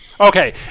Okay